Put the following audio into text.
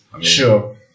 Sure